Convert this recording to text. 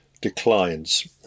declines